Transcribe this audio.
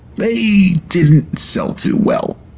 they didn't sell too well.